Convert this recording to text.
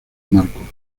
marcos